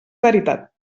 veritat